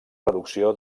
reducció